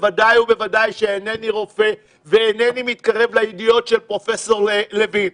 בוודאי ובוודאי שאינני רופא ואינני מתקרב לידיעות של פרופ' לוין,